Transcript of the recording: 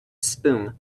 spume